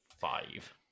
Five